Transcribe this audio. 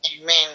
Amen